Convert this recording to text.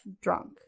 drunk